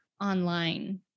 online